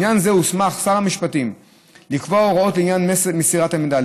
בעניין זה הוסמך שר המשפטים לקבוע הוראות לעניין מסירת המידע,